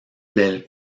del